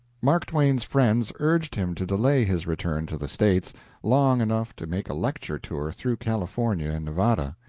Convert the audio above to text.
mark twain's friends urged him to delay his return to the states long enough to make a lecture tour through california and nevada.